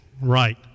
right